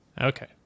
Okay